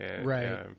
right